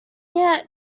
yet